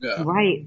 Right